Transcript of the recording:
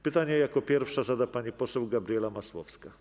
Pytanie jako pierwsza zada pani poseł Gabriela Masłowska.